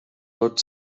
tot